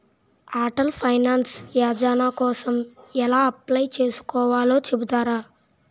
Atal pension Yojana కోసం ఎలా apply చేసుకోవాలో చెపుతారా?